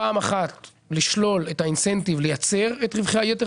פעם אחת לשלול את האינסנטיב לייצר את רווחי היתר